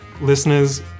listeners